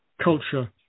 culture